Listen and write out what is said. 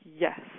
Yes